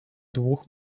двух